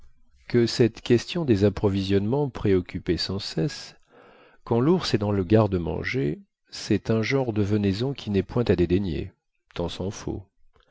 que cette question des approvisionnements préoccupait sans cesse quand l'ours est dans le garde-manger c'est un genre de venaison qui n'est point à dédaigner tant s'en faut